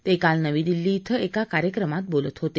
ते काल नवी दिल्ली क्वे एका कार्यक्रमात बोलत होते